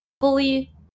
fully